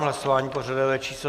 Hlasování pořadové číslo 103.